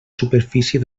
superfície